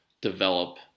develop